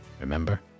Remember